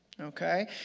okay